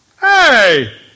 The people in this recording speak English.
Hey